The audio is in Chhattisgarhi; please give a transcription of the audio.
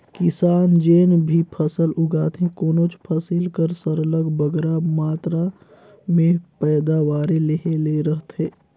किसान जेन भी फसल उगाथे कोनोच फसिल कर सरलग बगरा मातरा में पएदावारी लेहे ले रहथे